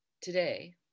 Today